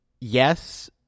Yes